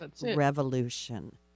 revolution